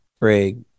Craig